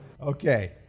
Okay